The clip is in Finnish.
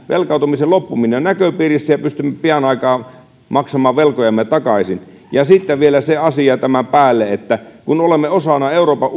velkautumisen loppuminen on näköpiirissä ja pystymme pian alkaa maksamaan velkojamme takaisin sitten vielä se asia tämän päälle että kun olemme osana euroopan